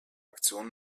aktion